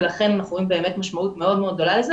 לכן אנחנו רואים באמת משמעות מאוד גדולה לזה,